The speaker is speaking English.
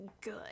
good